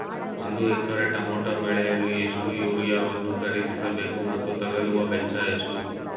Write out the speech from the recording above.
ಒಂದು acre tomato ಬೆಳೆಯಲು ಎಷ್ಟು ಯೂರಿಯಾವನ್ನು ಖರೀದಿಸ ಬೇಕು ಮತ್ತು ತಗಲುವ ವೆಚ್ಚ ಎಷ್ಟು?